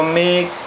make